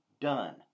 done